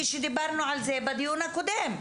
כשדיברנו על זה בדיון הקודם?